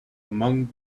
among